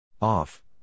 Off